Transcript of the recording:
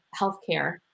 healthcare